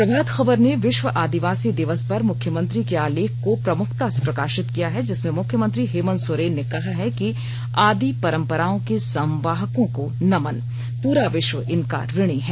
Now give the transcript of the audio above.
प्रभात खबर ने विश्व आदिवासी दिवस पर मुख्यमंत्री के आलेख को प्रमुखता से प्रकाशित किया है जिसमें मुख्यमंत्री हेमंत सोरेन ने कहा है कि आदि परंपराओं के संवाहकों को नमन पूरा विश्व इनका ऋणी है